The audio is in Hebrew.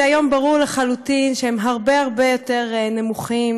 ברור היום לחלוטין שהם הרבה הרבה יותר נמוכים,